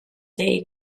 they